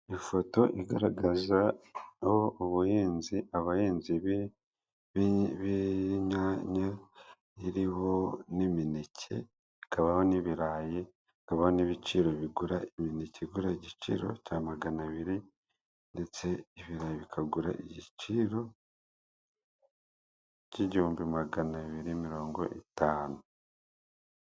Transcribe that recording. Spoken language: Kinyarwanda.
Ifoto igaragaza aho ubuhinzi abahinzi b'inyanya iriho n'imineke ikabaho n'ibirayi ikabaho n'ibiciro bigura imineke igura igiciro cya maganabiri ndetse ibirayi bikagura igiciro k'igihumbi maganabiri miongo itanu.